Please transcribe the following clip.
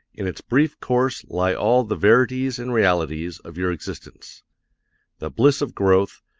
in its brief course lie all the verities and realities of your existence the bliss of growth,